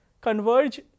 converge